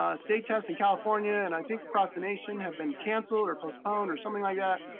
ah state tests in california and i think across the nation have been canceled or postponed or something like that.